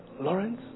Lawrence